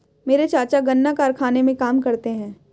मेरे चाचा गन्ना कारखाने में काम करते हैं